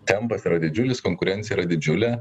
tempas yra didžiulis konkurencija yra didžiulė